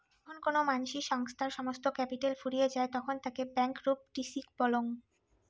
যখন কোনো মানসির বা সংস্থার সমস্ত ক্যাপিটাল ফুরিয়ে যায় তখন তাকে ব্যাংকরূপটিসি বলং